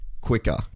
quicker